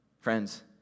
Friends